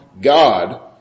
God